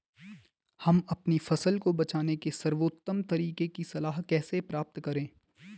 हम अपनी फसल को बचाने के सर्वोत्तम तरीके की सलाह कैसे प्राप्त करें?